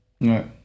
Right